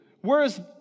Whereas